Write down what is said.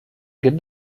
get